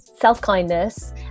self-kindness